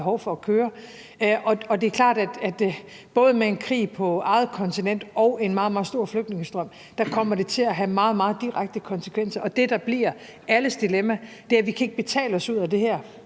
behov for at køre. Det er klart, at med både en krig på eget kontinent og en meget, meget stor flygtningestrøm kommer det til at have meget direkte konsekvenser. Og det, der bliver alles dilemma, er, at vi ikke kan betale os ud af det her,